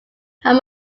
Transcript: have